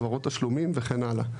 העברות תשלומים וכן הלאה.